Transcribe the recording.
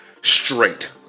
Straight